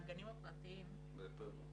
להכשרות, בכלל,